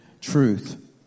truth